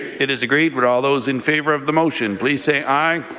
it is agreed. but all those in favour of the motion, please say aye.